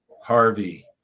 Harvey